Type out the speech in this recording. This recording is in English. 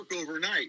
overnight